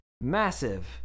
Massive